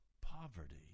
poverty